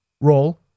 roll